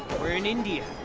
we're in india.